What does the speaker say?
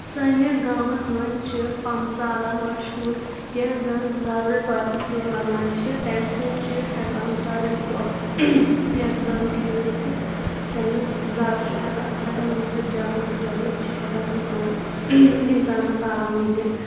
سٲنِس گامس منٛز چھِ پمبژالن مشہوٗر یَۄس زن زرٕل ٹۄپیہِ تہِ لگان چھِ تَمہِ سۭتۍ چھِ ہٮ۪کان زرٕل ٹوپھ یقدم ٹھیٖک گٔژھتھ تَمیُک زر چھُ ہٮ۪کان ہٮ۪کان ؤسِتھ جلد تہٕ جلد چھِ ہٮ۪کان اِنسان اِنسانس آرام مِلِتھ